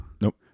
nope